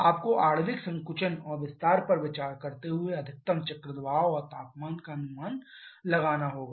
आपको आणविक संकुचन और विस्तार पर विचार करते हुए अधिकतम चक्र दबाव और तापमान का अनुमान लगाना होगा